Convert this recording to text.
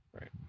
Right